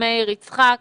מאיר יצחק,